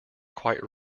quite